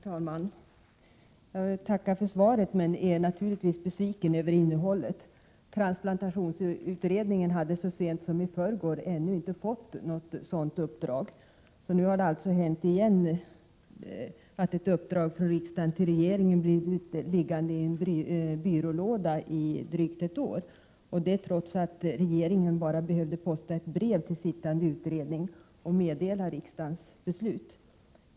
Fru talman! Jag tackar för svaret men är naturligtvis besviken över innehållet i det. Transplantationsutredningen hade så sent som i förrgår ännu inte fått något sådant uppdrag. Nu har det alltså hänt igen att ett uppdrag från riksdagen till regeringen blivit liggande i en byrålåda i drygt ett år, detta trots att regeringen bara behövde posta ett brev till' sittande utredning och meddela riksdagens beslut.